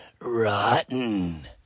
rotten